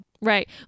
right